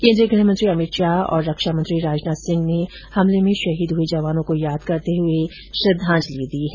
केन्द्रीय गृह मंत्री अमित शाह और रक्षा मंत्री राजनाथ सिंह ने इस हमले में शहीद हुए जवानों को यादव करते हुए श्रृद्वाजलि दी है